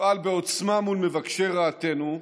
ונפעל בעוצמה מול מבקשי רעתנו,